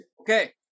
Okay